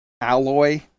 alloy